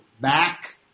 back